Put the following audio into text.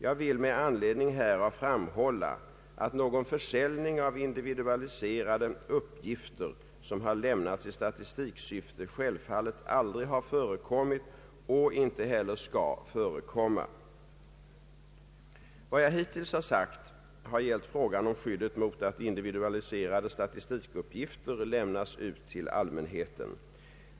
Jag vill med anledning härav framhålla att någon försäljning av individualiserade uppgifter, som har lämnats i statistiksyfte, självfallet aldrig har förekommit och inte heller skall förekomma. Vad jag hittills har sagt har gällt frågan om skyddet mot att individualiserade statistikuppgifter lämnas ut till allmänheten.